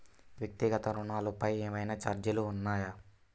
వ్యక్తిగత ఋణాలపై ఏవైనా ఛార్జీలు ఉన్నాయా?